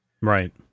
Right